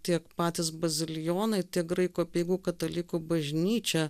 tiek patys bazilijonai tiek graikų apeigų katalikų bažnyčia